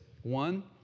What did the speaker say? one